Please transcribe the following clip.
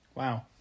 Wow